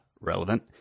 relevant